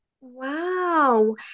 Wow